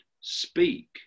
speak